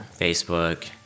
Facebook